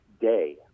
day